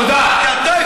תודה.